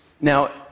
Now